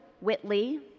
Whitley